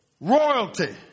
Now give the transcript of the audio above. Royalty